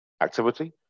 activity